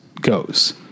goes